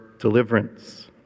deliverance